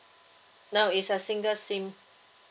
no is a single SIM